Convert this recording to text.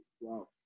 Wow